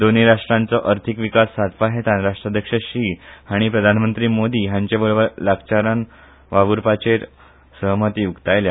दोनूंय राष्ट्रांचो अर्थिक विकास सादपा हेतान राष्ट्राध्यक्ष शी हांणी प्रधानमंत्री मोदी हांचेबरोबर लागचारान वावूरपाचेर सहमती उक्तायल्या